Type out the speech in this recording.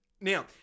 Now